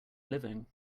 living